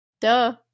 Duh